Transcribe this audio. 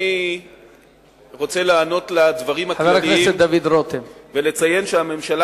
אני רוצה לענות על הדברים הכלליים ולציין שהממשלה